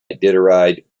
iditarod